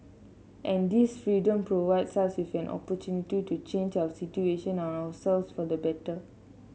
and this freedom provides us with an opportunity to change our situation and ourself for the better